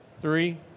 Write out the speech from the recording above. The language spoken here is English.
three